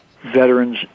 Veterans